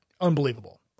unbelievable